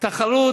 תחרות,